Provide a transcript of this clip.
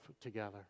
together